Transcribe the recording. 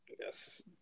yes